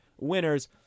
winners